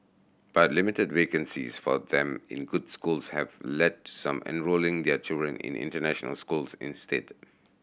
but limited vacancies for them in good schools have led to some enrolling their children in international schools instead